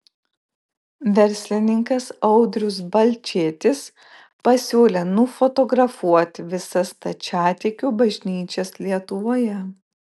verslininkas audrius balčėtis pasiūlė nufotografuoti visas stačiatikių bažnyčias lietuvoje